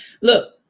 Look